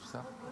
יש שר?